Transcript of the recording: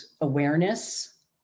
awareness